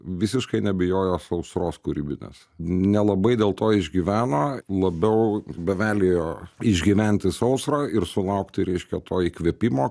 visiškai nebijojo sausros kūrybinės nelabai dėl to išgyveno labiau bevelijo išgyventi sausrą ir sulaukti reiškia to įkvėpimo